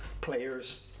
players